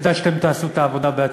כדאי שאתם תעשו את העבודה בעצמכם.